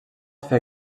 fer